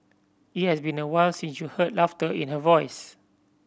it has been awhile since you heard laughter in her voice